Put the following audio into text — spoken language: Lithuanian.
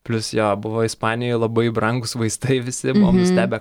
plius jo buvo ispanijoj labai brangūs vaistai visi buvom nustebę